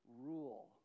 rule